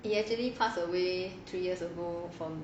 he actually passed away three years ago from